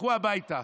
תלכו הביתה.